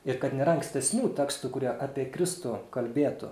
ir kad nėra ankstesnių tekstų kurie apie kristų kalbėtų